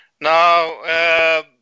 Now